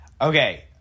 Okay